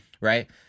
right